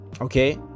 Okay